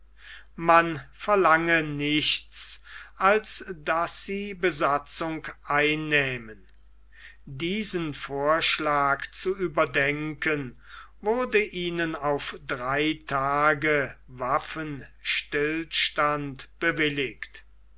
man verlange nichts als daß sie besatzung einnähmen diesen vorschlag zu überdenken wurde ihnen auf drei tage waffenstillstand bewilligt